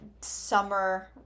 summer